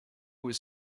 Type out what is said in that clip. was